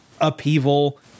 upheaval